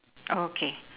okay